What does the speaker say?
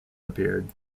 appeared